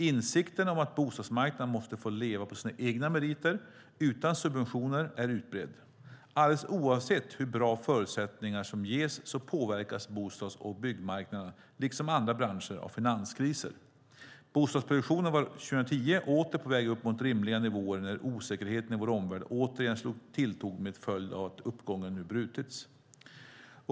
Insikten om att bostadsmarknaden måste få leva på sina egna meriter, utan subventioner, är utbredd. Alldeles oavsett hur bra förutsättningar som ges påverkas bostads och byggmarknaderna - liksom andra branscher - av finanskriser. Bostadsproduktionen var 2010 åter på väg upp mot rimliga nivåer när osäkerheten i vår omvärld återigen tilltog med följd att uppgången nu brutits.